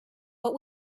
what